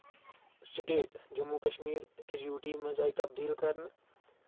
state Jammu Kashmir أکِس U T منٛز آیہِ تبدیٖل کَرنہٕ